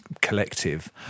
collective